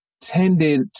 tended